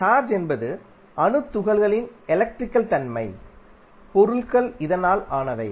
charge என்பது அணு துகள்களின் எலக்ட்ரிக்கல் தன்மை பொருள்கள் இதனால் ஆனவை